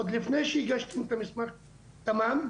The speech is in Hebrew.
עוד לפני שהגשנו את מסמך התמ"מ,